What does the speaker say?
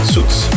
Suits